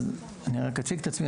אז אני רק אציג את עצמי,